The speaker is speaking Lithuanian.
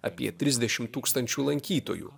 apie trisdešim tūkstančių lankytojų